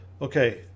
Okay